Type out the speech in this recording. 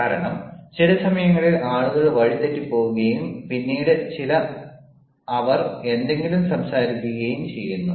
കാരണം ചില സമയങ്ങളിൽ ആളുകൾ വഴിതെറ്റിപ്പോകുകയും പിന്നീട് അവർ എന്തെങ്കിലും സംസാരിക്കുകയും ചെയ്യുന്നു